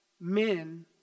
men